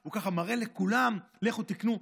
הוא מראה לכולם: לכו תקנו.